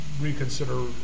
reconsider